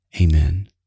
Amen